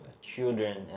children